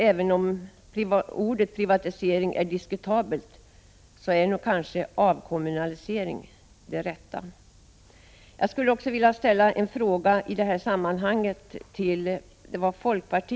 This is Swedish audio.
Även ordet privatisering är diskutabelt. Avkommunalisering kanske är det rätta. Jag skulle i detta sammanhang vilja ställa en fråga till folkpartiets företrädare i debatten.